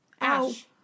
Ash